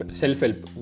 self-help